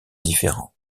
différents